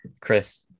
Chris